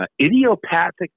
Idiopathic